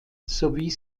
sowie